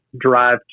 drive